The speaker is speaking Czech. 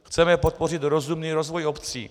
Chceme podpořit rozumný rozvoj obcí.